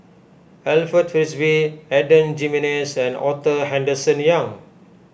Alfred Frisby Adan Jimenez and Arthur Henderson Young